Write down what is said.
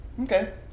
okay